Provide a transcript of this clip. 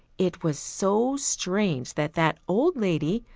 it was so strange that that old lady,